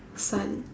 sun